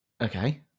okay